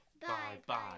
Bye-bye